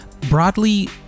Broadly